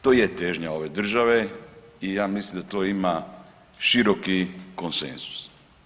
To je težnja ove države i ja mislim da to ima široki konsenzus.